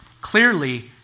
Clearly